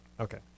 Okay